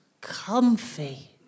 comfy